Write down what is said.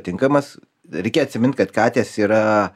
tinkamas reikia atsimint kad katės yra